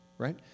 right